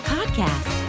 Podcast